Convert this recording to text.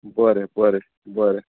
बरें बरें बरें